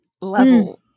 level